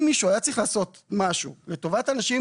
אם מישהו היה צריך לעשות משהו לטובת אנשים עם